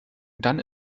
dann